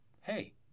hey